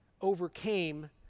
overcame